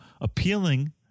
appealing